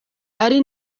ari